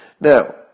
Now